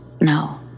no